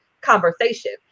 conversation